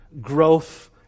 growth